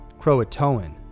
Croatoan